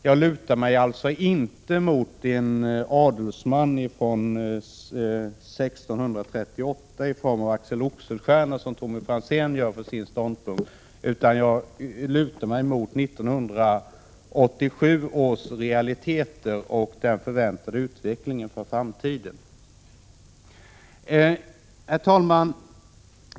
Jag lutar mig alltså inte mot en adelsman från 1638. Tommy Franzén hänvisade ju till Axel Oxenstierna, när han argumenterade för sin ståndpunkt. Jag lutar mig mot 1987 års realiteter och den förväntade utvecklingen i framtiden. Herr talman!